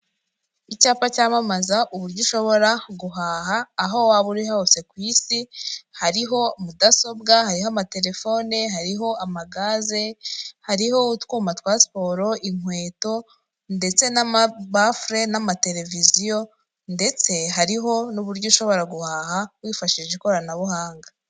Icyapa cyamamaza uburyo ushobora guhaha aho waba uri hose ku isi hariho mudasobwa, hariho amatelefone, hariho amagaze, hariho utwuma twa siporo ,inkweto ndetse n'amabafure ,n'amateleviziyo ndetse hariho n'uburyo ushobora guhaha wifashishije ikoranabuhanga.